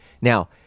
now